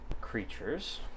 creatures